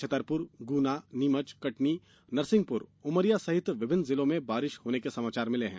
छतरपुरगुनानीमचकटनी नरसिंहपुर उमरिया सहित विभिन्न जिलों में बारिश होने के समाचार मिले हैं